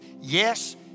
YES